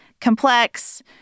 Complex